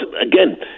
again